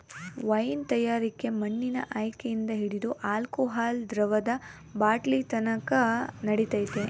wine ತಯಾರಿಕೆ ಹಣ್ಣಿನ ಆಯ್ಕೆಯಿಂದ ಹಿಡಿದು ಆಲ್ಕೋಹಾಲ್ ದ್ರವದ ಬಾಟ್ಲಿನತಕನ ನಡಿತೈತೆ